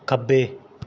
ਖੱਬੇ